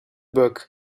book